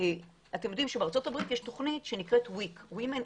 אתם יודעים שבארה"ב יש תוכנית שנקראת WIC- WOMEN,